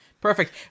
Perfect